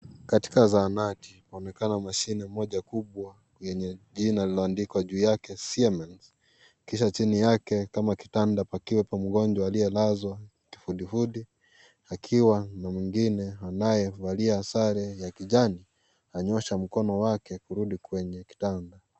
Katika zahanati kunaonekana mashine moja kubwa yenye jina lililoandikwa juu yake Siemens, kisha chini yake kama kitanda pakiwa mgonjwa aliyelazwa kifudifudi akiwa na mwingine anayevalia sare ya kijani anyoosha mkono wake kurudi kwenye kitanda.